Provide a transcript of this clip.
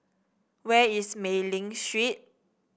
where is Mei Ling Street